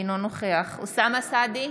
אינו נוכח אוסאמה סעדי,